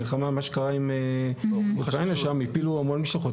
המלחמה, מה שקרה עם אוקראינה, הפילה המון משלחות.